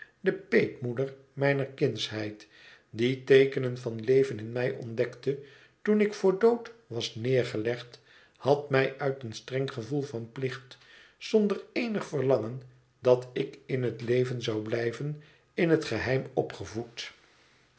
de peetmoeder mijner kindsheid die teekenen van leven in mij ontdekte toen ik voor dood was neergelegd had mij uit een streng gevoel van plicht zonder eenig verlangen dat ik in het leven zou blijven in het geheim opgevoed